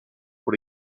pour